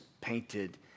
painted